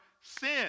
sin